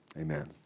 Amen